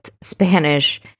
Spanish